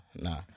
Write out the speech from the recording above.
Nah